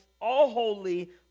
all-holy